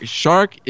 shark